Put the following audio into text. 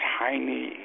tiny